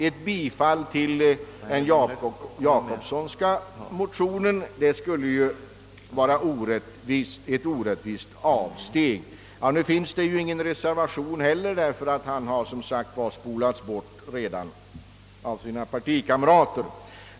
Ett bifall till den Jacobssonska motionen skulle ju innebära ett orättvist avsteg härvidlag. Nu finns ingen reservation heller, därför att han som sagt har spolats bort redan av sina partikamrater.